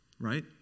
right